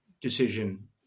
decision